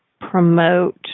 promote